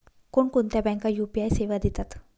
कोणकोणत्या बँका यू.पी.आय सेवा देतात?